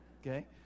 Okay